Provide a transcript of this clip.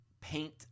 paint